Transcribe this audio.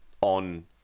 on